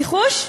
ניחוש,